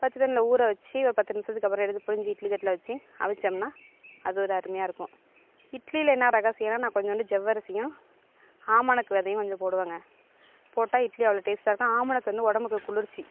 பச்ச தண்ணியில் ஊற வச்சு பத்து நிமிஷத்துக்கு அப்புறம் எடுத்து புழிஞ்சு இட்லி தட்டில் வச்சு அவிச்சம்னா அது ஒரு அருமையாயிருக்கும் இட்லியில் என்ன ரகசியமெனா நான் கொஞ்சோண்டு ஜவ்வரிசியும் ஆமணக்கு விதையும் கொஞ்சம் போடுவங்க போட்டால் இட்லி அவ்வளோ டேஸ்ட்டாயிருக்கும் ஆமணக்கு வந்து உடம்புக்கு குளிர்ச்சி